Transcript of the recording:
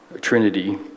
Trinity